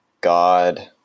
God